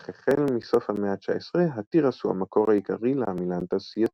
אך החל מסוף המאה ה-19 התירס הוא המקור העיקרי לעמילן תעשייתי.